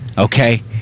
Okay